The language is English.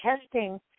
testing